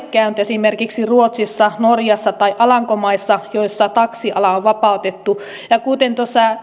käynyt esimerkiksi ruotsissa norjassa tai alankomaissa joissa taksiala on vapautettu ja kuten